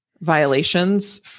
violations